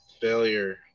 Failure